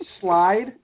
slide